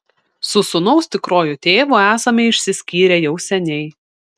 su sūnaus tikruoju tėvu esame išsiskyrę jau seniai